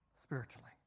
spiritually